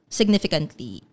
significantly